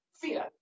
fear